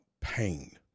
pain